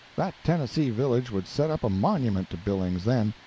that tennessee village would set up a monument to billings, then,